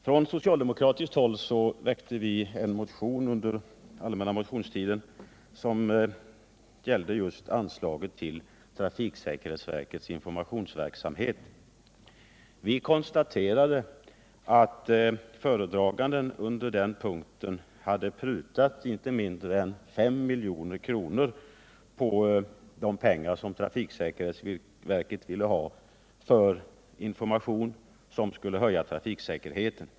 Från socialdemokratiskt håll väckte vi under den allmänna motionstiden en motion som gällde just anslaget till trafiksäkerhetsverkets informationsverksamhet. Vi konstaterade att föredraganden under den här punkten hade prutat på anslaget med inte mindre än 5 milj.kr. jämfört med vad trafiksäkerhetsverket ville ha för den information som skulle höja trafiksäkerheten.